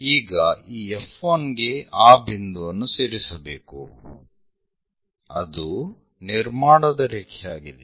ಈಗ ಈ F1 ಗೆ ಆ ಬಿಂದುವನ್ನು ಸೇರಿಸಬೇಕು ಅದು ನಿರ್ಮಾಣದ ರೇಖೆಯಾಗಿದೆ